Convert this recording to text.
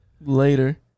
later